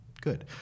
good